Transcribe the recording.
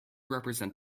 represent